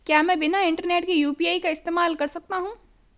क्या मैं बिना इंटरनेट के यू.पी.आई का इस्तेमाल कर सकता हूं?